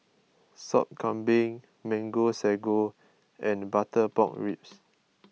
Sop Kambing Mango Sago and Butter Pork Ribs